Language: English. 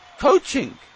Coaching